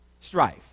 strife